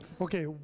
Okay